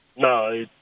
No